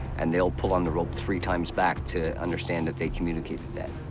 and they'll pull on the rope three times back to understand that they communicated that.